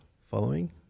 following